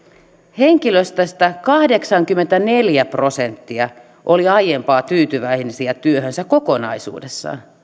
henkilöstöstä kahdeksankymmentäneljä prosenttia oli aiempaa tyytyväisempiä työhönsä kokonaisuudessaan